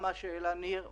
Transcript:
גם מה שהעלה ניר ברקת,